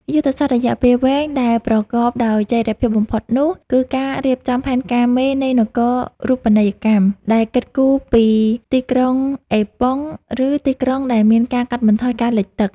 យុទ្ធសាស្ត្ររយៈពេលវែងដែលប្រកបដោយចីរភាពបំផុតនោះ គឺការរៀបចំផែនការមេនៃនគរូបនីយកម្មដែលគិតគូរពី ទីក្រុងអេប៉ុង ឬ ទីក្រុងដែលមានការកាត់បន្ថយការលិចទឹក។